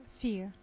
fear